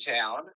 town